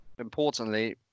importantly